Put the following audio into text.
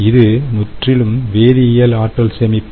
இது முற்றிலும் வேதியியல் ஆற்றல் சேமிப்பு